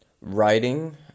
writing